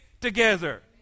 together